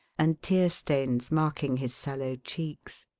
and tear-stains marking his sallow cheeks.